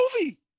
movie